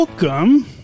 Welcome